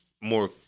more